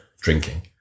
drinking